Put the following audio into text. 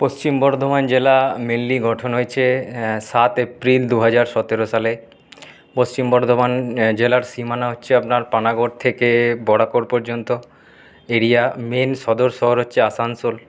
পশ্চিম বর্ধমান জেলা মেইনলি গঠন হয়েছে সাত এপ্রিল দু হাজার সতেরো সালে পশ্চিম বর্ধমান জেলার সীমানা হচ্ছে আপনার পানাগড় থেকে বড়াকর পর্যন্ত এরিয়া মেইন সদর শহর হচ্ছে আসানসোল